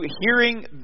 hearing